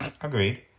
Agreed